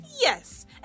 yes